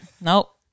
Nope